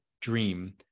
dream